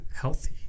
healthy